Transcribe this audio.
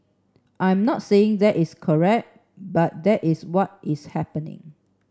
I'm not saying that is correct but that is what is happening